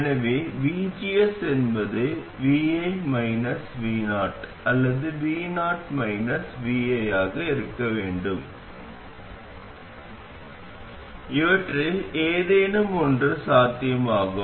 எனவே vgs என்பது vi vo அல்லது vo vi ஆக இருக்க வேண்டும் இவற்றில் ஏதேனும் ஒன்று சாத்தியமாகும்